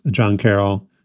john carroll,